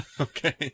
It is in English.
Okay